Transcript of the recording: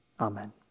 Amen